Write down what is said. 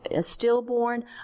stillborn